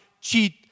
cheat